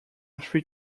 three